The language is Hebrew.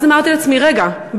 ואז אמרתי לעצמי: רגע,